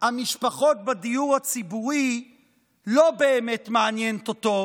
המשפחות בדיור הציבורי לא באמת מעניינת אותו,